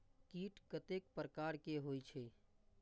कीट कतेक प्रकार के होई छै?